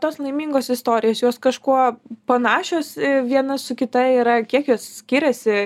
tos laimingos istorijos jos kažkuo panašios viena su kita yra kiek jos skiriasi